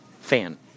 fan